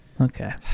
okay